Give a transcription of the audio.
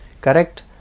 correct